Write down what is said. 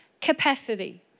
capacity